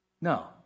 No